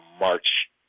march